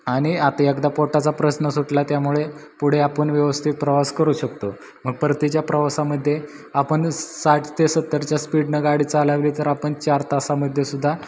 आणि आता एकदा पोटाचा प्रश्न सुटला त्यामुळे पुढे आपण व्यवस्थित प्रवास करू शकतो मग परतीच्या प्रवासामध्ये आपण साठ ते सत्तरच्या स्पीडनं गाडी चालवली तर आपण चार तासामध्ये सुद्धा